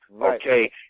Okay